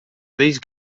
these